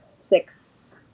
six